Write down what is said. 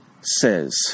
says